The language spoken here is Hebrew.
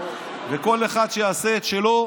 וכל אחד שיעשה את שלו,